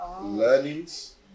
learnings